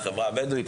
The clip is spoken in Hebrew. בחברה הבדואית,